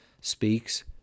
speaks